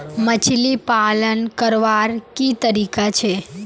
मछली पालन करवार की तरीका छे?